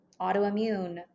autoimmune